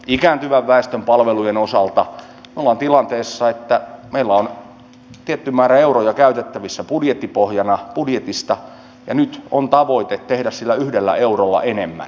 ikääntyvän väestön palvelujen osalta me olemme tilanteessa että meillä on tietty määrä euroja käytettävissä budjetista ja nyt on tavoite tehdä sillä yhdellä eurolla enemmän